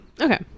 okay